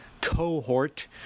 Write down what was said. cohort